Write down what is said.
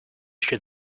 shoot